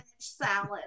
Salad